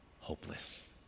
hopeless